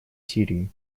сирии